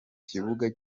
kibuga